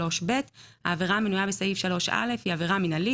עבירה מינהלית 3ב. העבירה המנויה בסעיף 3א היא עבירה מנהלית,